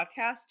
podcast